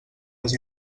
les